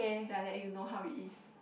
then I let you know how it is